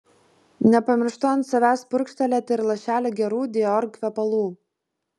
nepamirštu ant savęs purkštelėti ir lašelį gerų dior kvepalų